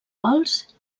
gols